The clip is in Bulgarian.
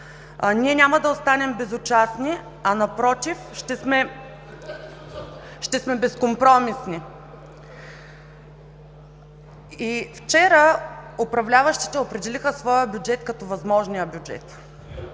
ние няма да останем безучастни, а напротив, ще сме безкомпромисни. Вчера управляващите определиха своя бюджет като възможния бюджет.